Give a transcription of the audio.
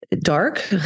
dark